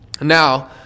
Now